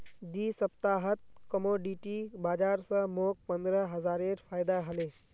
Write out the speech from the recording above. दी सप्ताहत कमोडिटी बाजार स मोक पंद्रह हजारेर फायदा हले